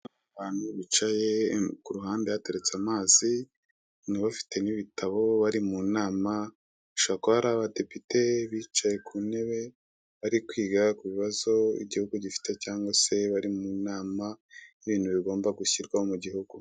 Abantu bicaye ku ruhande hateretse amazi, bafite n'ibitabo bari mu nama, bashobora kuba ari abadepite bicaye ku ntebe bari kwiga ku bibazo igihugu gifite cyangwa se bari mu nama y'ibintu bigomba gushyirwa mu gihugu.